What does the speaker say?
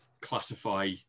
classify